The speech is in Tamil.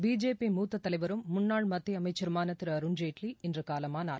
பிஜேபி மூத்த தலைவரும் முன்னாள் மத்திய அமைச்சருமான திரு அருண்ஜேட்லி இன்று காலமானார்